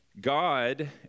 God